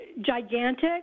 gigantic